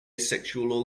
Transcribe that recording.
asexual